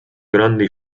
grandi